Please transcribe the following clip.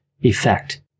effect